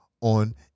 on